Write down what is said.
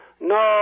no